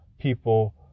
People